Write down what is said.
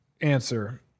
answer